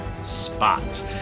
Spot